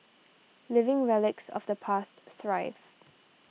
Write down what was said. living relics of the past thrive